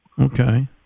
Okay